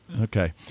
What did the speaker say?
okay